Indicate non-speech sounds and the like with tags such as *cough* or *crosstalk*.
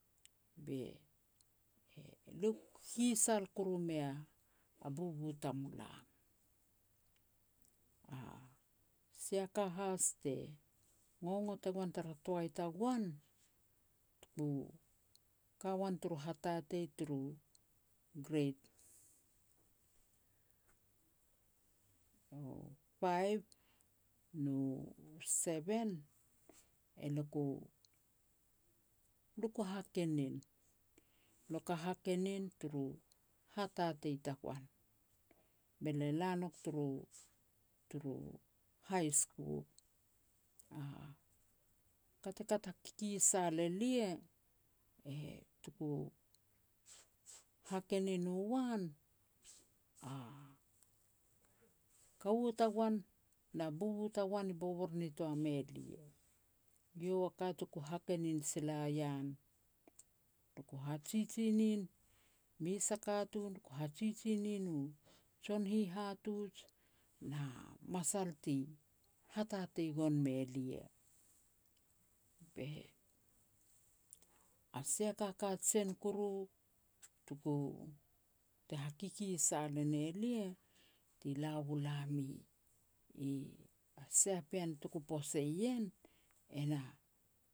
be elia ku kikisal kuru mei a bubu tamulam. A sia ka has te ngongot e goan tara toai tagoan, tuku ka uan turu hatatei turu grade five nu seven, e le ku-le ku hakenen. Lia ku hakenin turu hatatei tagoan, be lia la nouk turu high school. A ka te kat hakikisal elia, tuku hakenin u uan, a kaua tagoan na bubu tagoan i bobor nitoa mei e lia, eiau a ka tuku hakenin sila an. Lia ku hajiji nin mes a katun, lia ku hajiji nin u jon hihatuj, na masal ti hatatei gon mei elia. *hesitation* A sia kakajen kuru tuku, te hakikisal e ne lia, ti la u lam i, *unintelligible* a sia pean tuku posei en, e na